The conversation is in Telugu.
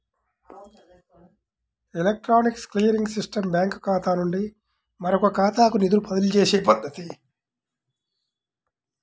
ఎలక్ట్రానిక్ క్లియరింగ్ సిస్టమ్ బ్యాంకుఖాతా నుండి మరొకఖాతాకు నిధులను బదిలీచేసే పద్ధతి